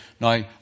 Now